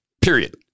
Period